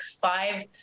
five